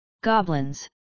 GOBLINS